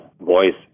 voice